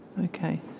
Okay